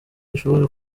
ishobora